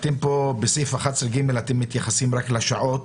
אתם מתייחסים רק לשעות,